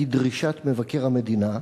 כדרישת מבקר המדינה,